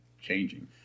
changing